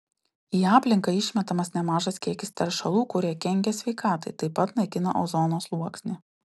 į aplinką išmetamas nemažas kiekis teršalų kurie kenkia sveikatai taip pat naikina ozono sluoksnį